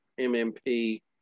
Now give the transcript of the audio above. MMP